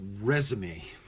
resume